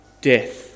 death